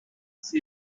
she